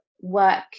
work